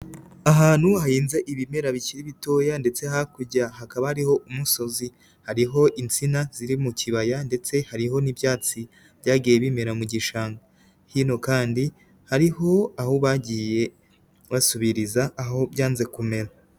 Ahantu hahinze ibimera bikiri bitoya ndetse hakurya hakaba hariho umusozi, hariho insina ziri mu kibaya ndetse hariho n'ibyatsi byagiye bimera mu gishanga, hino kandi hariho aho bagiye basubiriza aho byanze kumera.